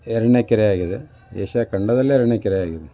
ಎರಡನೇ ಕೆರೆಯಾಗಿದೆ ಏಷ್ಯಾ ಖಂಡದಲ್ಲೇ ಎರಡನೇ ಕೆರೆಯಾಗಿದೆ